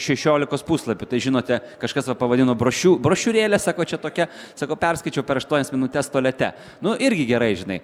šešiolikos puslapių tai žinote kažkas va pavadino brošiū brošiūrėlė sako čia tokia sako perskaičiau per aštuonias minutes tualete nu irgi gerai žinai